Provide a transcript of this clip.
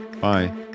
bye